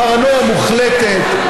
פרנויה מוחלטת.